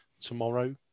tomorrow